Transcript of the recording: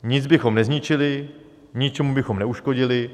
Nic bychom nezničili, ničemu bychom neuškodili.